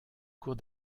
cours